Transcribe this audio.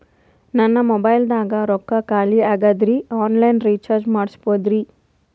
ನನ್ನ ಮೊಬೈಲದಾಗ ರೊಕ್ಕ ಖಾಲಿ ಆಗ್ಯದ್ರಿ ಆನ್ ಲೈನ್ ರೀಚಾರ್ಜ್ ಮಾಡಸ್ಬೋದ್ರಿ?